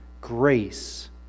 grace